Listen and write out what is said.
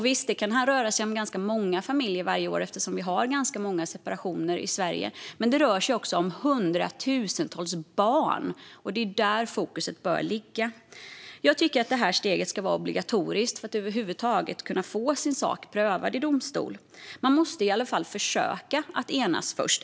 Visst, det kan röra sig om ganska många familjer varje år eftersom vi har ganska många separationer i Sverige, men det rör sig också om hundratusentals barn. Det är där fokus bör ligga. Jag tycker att detta steg ska vara obligatoriskt för att man över huvud taget ska kunna få sin sak prövad i domstol. Man måste i alla fall försöka att enas först.